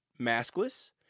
maskless